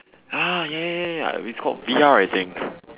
ah ya ya ya ya it's called V_R I think